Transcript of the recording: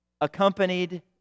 accompanied